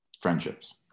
friendships